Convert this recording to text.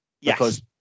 yes